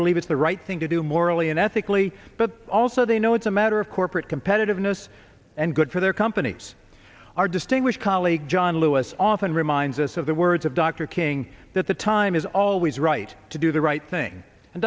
believe it's the right thing to do morally and ethically but also they know it's a matter of corporate competitiveness and good for their companies our distinguished colleague john lewis often reminds us of the words of dr king the time is always right to do the right thing and